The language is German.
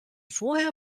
vorher